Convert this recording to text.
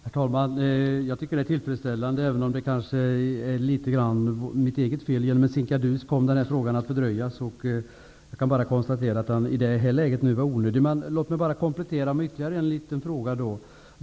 Herr talman! Jag tycker att situationen är tillfredsställande. Det är kanske litet grand mitt eget fel att frågan ställs för sent. På grund av en sinkadus kom frågan att fördröjas. Jag kan bara konstatera att den i det nuvarande läget är onödig. Låt mig då komplettera med en ytterligare fråga.